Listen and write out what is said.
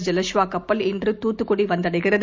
ஐலஷ்வாகப்பல் இன்று தூத்துக்குடிவந்தடைகிறது